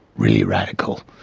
really radical,